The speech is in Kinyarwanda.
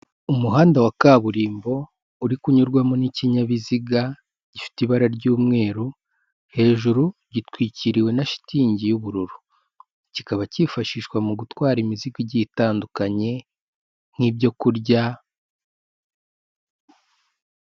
Umuhanda wa kaburimbo uri kunyurwamo n'ikinyabiziga gifite ibara ry'umweru, hejuru gitwikiriwe na shitingi y'ubururu, kikaba cyifashishwa mu gutwara imizigo igiye itandukanye nk'ibyo kurya.